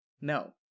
No